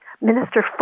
Minister